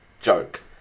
joke